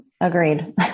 Agreed